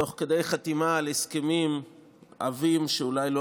תוך כדי חתימה על הסכמים עבים שאולי לא